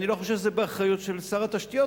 אני לא חושב שזה באחריות של שר התשתיות,